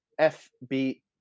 FB